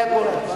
זה הכול.